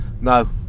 No